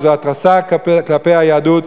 וזו התרסה כלפי היהדות,